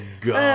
god